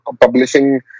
publishing